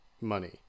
money